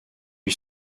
lui